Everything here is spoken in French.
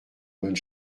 bonne